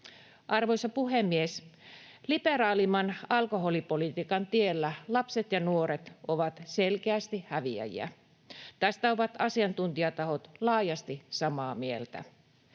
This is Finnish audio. Arvoisa puhemies! Liberaalimman alkoholipolitiikan tiellä lapset ja nuoret ovat selkeästi häviäjiä. Tästä ovat asiantuntijatahot laajasti samaa mieltä.